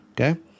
okay